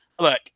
look